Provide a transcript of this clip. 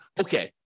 okay